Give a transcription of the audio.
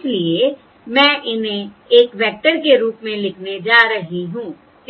इसलिए मैं इन्हें एक वेक्टर के रूप में लिखने जा रही हूं